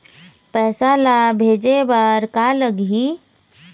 पैसा ला भेजे बार का का लगही?